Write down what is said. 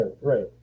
Right